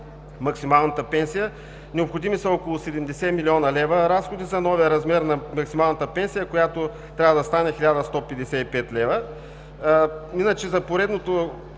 максималната пенсия. Необходими са около 70 млн. лв. разходи за новия размер на максималната пенсия, която трябва да стане 1155 лв. Иначе за поредното